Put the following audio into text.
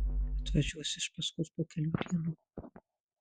atvažiuos iš paskos po kelių dienų